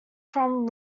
from